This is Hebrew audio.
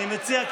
אני מציע,